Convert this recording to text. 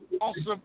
awesome